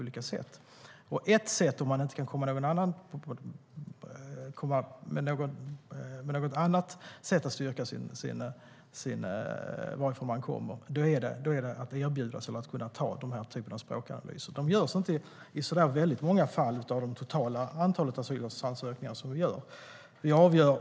Ett sätt, om man inte kan styrka varifrån man kommer på annan väg, är att delta i den här typen av språkanalys. De utgör inte så många fall av det totala antalet asylansökningar.